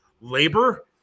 labor